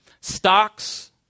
Stocks